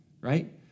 right